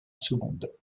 secondes